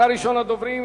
אתה ראשון הדוברים,